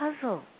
puzzle